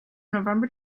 november